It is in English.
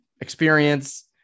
experience